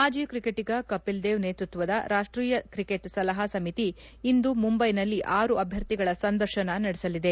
ಮಾಜಿ ಕ್ರಿಕೆಟಿಗ ಕಪಿಲ್ ದೇವ್ ನೇತೃತ್ವದ ರಾಷ್ಷೀಯ ಕ್ರಿಕೆಟ್ ಸಲಹಾ ಸಮಿತಿ ಇಂದು ಮುಂದೈನಲ್ಲಿ ಆರು ಅಭ್ಯರ್ಥಿಗಳ ಸಂದರ್ಶನ ನಡೆಸಲಿದೆ